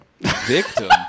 Victim